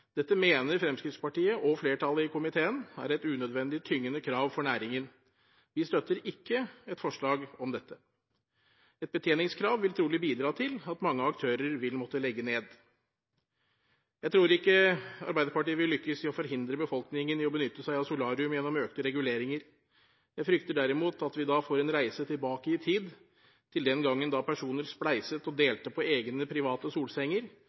Dette mener Fremskrittspartiet, og flertallet i komiteen, er et unødvendig tyngende krav for næringen. Vi støtter ikke et forslag om dette. Et betjeningskrav vil trolig bidra til at mange aktører vil måtte legge ned. Jeg tror ikke Arbeiderpartiet vil lykkes i forhindre befolkningen i benytte seg av solarium gjennom økte reguleringer. Jeg frykter derimot at vi da får en reise tilbake i tid til den gangen da personer spleiset og delte på egne, private solsenger,